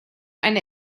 eine